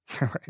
Right